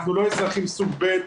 אנחנו לא אזרחים סוג ב'.